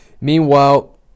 meanwhile